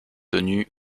tenu